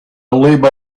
labor